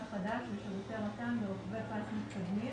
חדש לשירותי רט"ן ברוחבי פס מתקדמים",